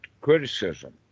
criticism